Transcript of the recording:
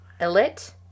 Elite